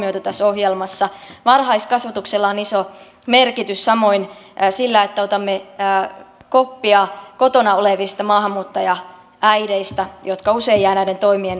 varhaiskasvatuksella on iso merkitys samoin sillä että otamme koppia kotona olevista maahanmuuttajaäideistä jotka usein jäävät näiden toimien ulkopuolelle